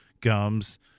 gums